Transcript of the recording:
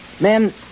men